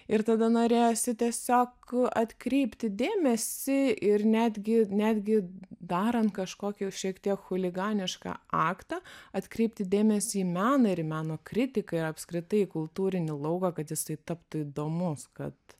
ir tada norėjosi tiesiog atkreipti dėmesį ir netgi netgi darant kažkokį jau šiek tiek chuliganišką aktą atkreipti dėmesį į meną ir meno kritiką ir apskritai į kultūrinį lauką kad jisai taptų įdomus kad